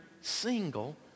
single